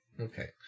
Okay